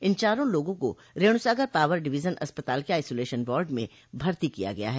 इन चारों लोगों को रेणुसागर पॉवर डिवीजन अस्पताल के आइसोलेशन वार्ड में भर्ती किया गया है